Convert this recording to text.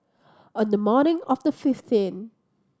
on the morning of the fifteenth